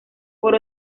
por